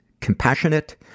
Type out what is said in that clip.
compassionate